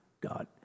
God